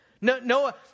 Noah